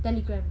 telegram